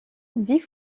dix